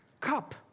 cup